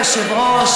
כבוד היושב-ראש,